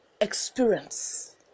experience